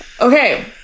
Okay